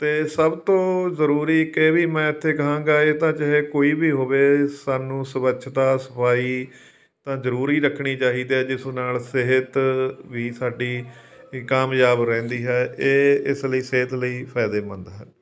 ਅਤੇ ਸਭ ਤੋਂ ਜ਼ਰੂਰੀ ਇੱਕ ਇਹ ਵੀ ਮੈਂ ਇੱਥੇ ਕਹਾਂਗਾ ਇਹ ਤਾਂ ਚਾਹੇ ਕੋਈ ਵੀ ਹੋਵੇ ਸਾਨੂੰ ਸਵੱਛਤਾ ਸਫਾਈ ਤਾਂ ਜ਼ਰੂਰੀ ਰੱਖਣੀ ਚਾਹੀਦੀ ਜਿਸ ਨਾਲ ਸਿਹਤ ਵੀ ਸਾਡੀ ਕਾਮਯਾਬ ਰਹਿੰਦੀ ਹੈ ਇਹ ਇਸ ਲਈ ਸਿਹਤ ਲਈ ਫਾਇਦੇਮੰਦ ਹੈ